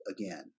again